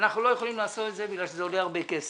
אנחנו לא יכולים לעשות את זה בגלל שזה עולה הרבה כסף.